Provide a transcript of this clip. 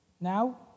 now